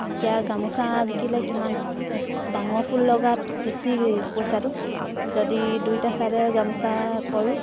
এতিয়া গামোচা বিকিলে কিমান পাওঁ ডাঙৰ ফুল লগাত বেছি পইচাটো যদি দুইটা ছাইডে গামোচা কৰোঁ